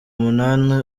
munani